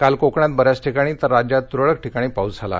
काल कोकणात बऱ्याच ठिकाणी तर राज्यात त्रळक ठिकाणी पाऊस झाला